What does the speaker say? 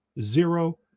zero